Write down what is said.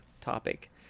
topic